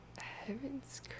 Heaven's